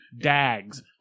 Dags